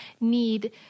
need